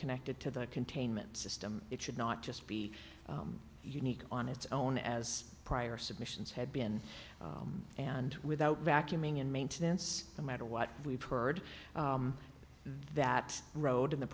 connected to the containment system it should not just be unique on its own as prior submissions had been and without vacuuming and maintenance no matter what we've heard that road in the